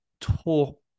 talk